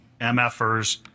MFers